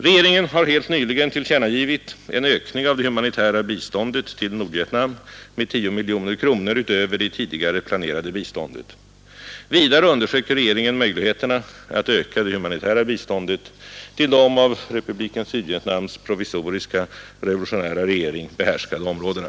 Regeringen har helt nyligen tillkännagivit en ökning av det humanitära biståndet till Nordvietnam med 10 miljoner kronor utöver det tidigare planerade biståndet. Vidare undersöker regeringen möjligheterna att öka det humanitära biståndet till de av Republiken Sydvietnams provisoriska revolutionära regering behärskade områdena.